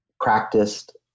practiced